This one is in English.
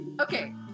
Okay